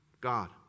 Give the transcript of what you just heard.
God